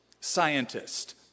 scientist